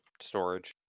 storage